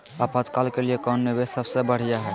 आपातकाल के लिए कौन निवेस सबसे बढ़िया है?